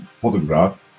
photograph